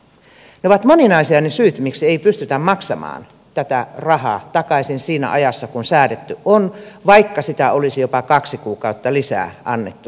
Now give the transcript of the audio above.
ne ovat moninaisia ne syyt miksi ei pystytä maksamaan tätä rahaa takaisin siinä ajassa kuin säädetty on vaikka olisi jopa kaksi kuukautta lisää annettu sitä aikaa